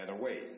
away